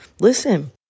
Listen